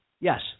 Yes